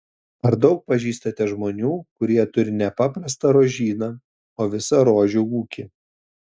ar daug pažįstate žmonių kurie turi ne paprastą rožyną o visą rožių ūkį